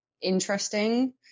interesting